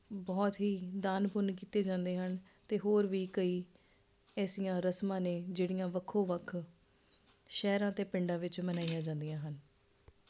ਬਹੁਤ ਹੀ ਦਾਨ ਪੁੰਨ ਕੀਤੇ ਜਾਂਦੇ ਹਨ ਅਤੇ ਹੋਰ ਵੀ ਕਈ ਐਸੀਆਂ ਰਸਮਾਂ ਨੇ ਜਿਹੜੀਆਂ ਵੱਖੋ ਵੱਖ ਸ਼ਹਿਰਾਂ ਅਤੇ ਪਿੰਡਾਂ ਵਿੱਚ ਮਨਾਈਆਂ ਜਾਂਦੀਆਂ ਹਨ